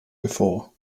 before